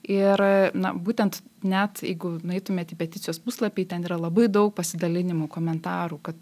ir na būtent net jeigu nueitumėt į peticijos puslapį ten yra labai daug pasidalinimų komentarų kad